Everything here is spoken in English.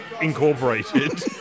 Incorporated